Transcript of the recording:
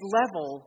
level